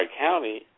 County